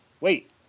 Wait